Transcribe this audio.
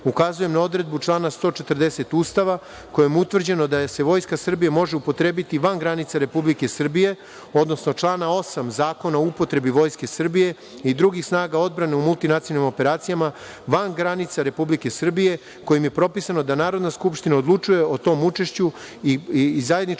ukazujem na odredbu člana 140. Ustava, kojim je utvrđeno da se Vojska Srbije može upotrebiti van granica Republike Srbije, odnosno člana 8. Zakona o upotrebi Vojske Srbije i drugih snaga odbrane u multinacionalnim operacijama van granica Republike Srbije kojim je propisano da Narodna skupština odlučuje o tom učešću zajedničkih